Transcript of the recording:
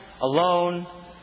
alone